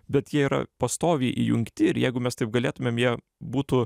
bet jie yra pastoviai įjungti ir jeigu mes taip galėtumėm jie būtų